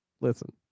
Listen